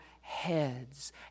heads